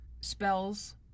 spells